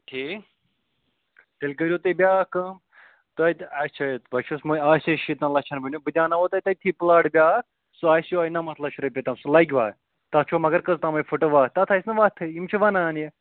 ٹھیٖک تیٚلہِ کٔرِو تُہۍ بیٛاکھ کٲم تۄہہِ تہٕ اچھا تۄہہِ چھُ آسے شیٖتَن لَچھَن بَنیو بہٕ دیٛاناوَو تۄہہِ تٔتھی پٕلاٹ بیٛاکھ سُہ آسہِ یِہُے نَمَتھ لَچھ رۄپیہِ تام سُہ لَگِوا تَتھ چھو مگر کٔژ تامَے فٕٹہٕ وَتھ تَتھ آسہِ نہٕ وَتھٕے یِم چھِ وَنان یہِ